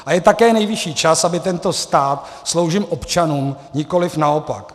A je také nejvyšší čas, aby tento stát sloužil občanům, nikoliv naopak.